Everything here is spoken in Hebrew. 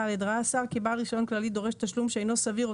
ראה השר כי בעל רישיון כללי דורש תשלום שאינו סביר או